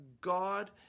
God